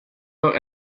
por